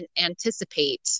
anticipate